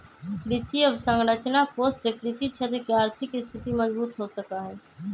कृषि अवसरंचना कोष से कृषि क्षेत्र के आर्थिक स्थिति मजबूत हो सका हई